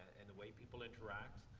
and the way people interact,